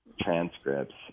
transcripts